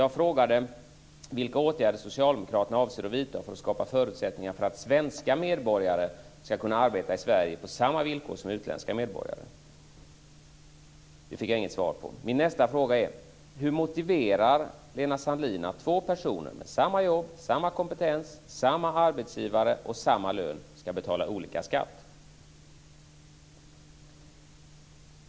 Jag frågade vilka åtgärder Socialdemokraterna avser att vidta för att skapa förutsättningar för att svenska medborgare ska kunna arbeta i Sverige på samma villkor som utländska medborgare. Det fick jag inget svar på. Nästa fråga är: Hur motiverar Lena Sandlin Hedman att två personer med samma jobb, samma kompetens, samma arbetsgivare och samma lön ska betala olika skatt?